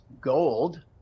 gold